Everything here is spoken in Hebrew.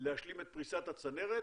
להשלים את פריסת הצנרת,